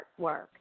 artwork